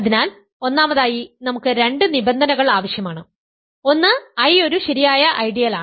അതിനാൽ ഒന്നാമതായി നമുക്ക് രണ്ട് നിബന്ധനകൾ ആവശ്യമാണ് ഒന്ന് I ഒരു ശരിയായ ഐഡിയലാണ്